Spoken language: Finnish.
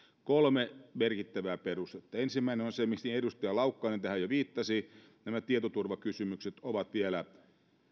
kolme merkittävää perustetta ensimmäinen on se mihin edustaja laukkanen jo viittasi nämä tietoturvakysymykset ovat vielä